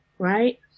Right